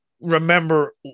remember